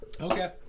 Okay